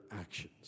actions